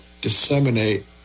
disseminate